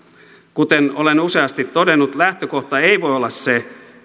kuten olen useasti todennut lähtökohta ei voi olla se